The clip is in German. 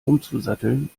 umzusatteln